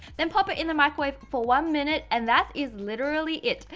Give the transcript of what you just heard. then pop it in the microwave for one minute and that is literally it.